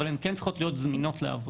אבל הן כן צריכות להיות זמינות לעבודה.